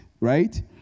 right